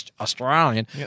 Australian